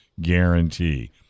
guarantee